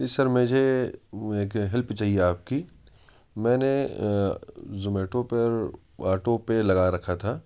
جی sir مجھے ایک help چاہیے آپ کی میں نے زومیٹو پر آٹو پے لگا رکھا تھا